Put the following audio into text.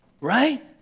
right